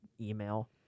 email